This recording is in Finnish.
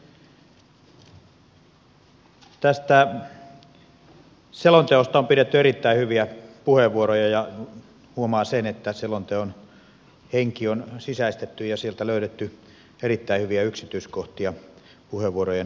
tästä selonteosta on käytetty erittäin hyviä puheenvuoroja ja huomaa sen että selonteon henki on sisäistetty ja sieltä löydetty erittäin hyviä yksityiskohtia puheenvuorojen aiheiksi